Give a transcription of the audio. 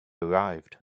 arrived